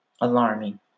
alarming